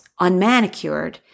unmanicured